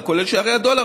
זה כולל שערי הדולר,